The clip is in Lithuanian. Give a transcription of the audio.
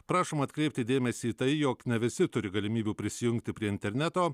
prašoma atkreipti dėmesį į tai jog ne visi turi galimybių prisijungti prie interneto